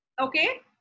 Okay